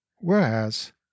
Whereas